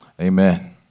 Amen